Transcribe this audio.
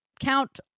count